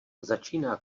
začíná